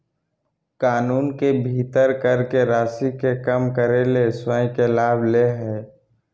कानून के भीतर कर के राशि के कम करे ले स्वयं के लाभ ले हइ